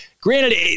granted